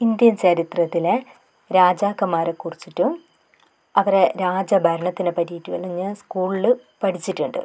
Indian ചരിത്രത്തിലെ രാജാക്കന്മാരെ കുറിച്ചിട്ടും അവരുടെ രാജഭരണത്തിനെ പറ്റിയിട്ടും എല്ലാം ഞാൻ സ്കൂളിൽ പഠിച്ചിട്ടുണ്ട്